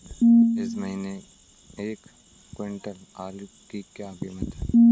इस महीने एक क्विंटल आलू की क्या कीमत है?